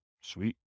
Sweet